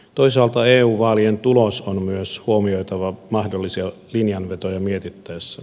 toisaalta eu vaalien tulos on myös huomioitava mahdollisia linjanvetoja mietittäessä